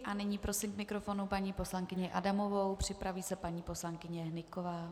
A nyní prosím k mikrofonu paní poslankyni Adamovou, připraví se paní poslankyně Hnyková.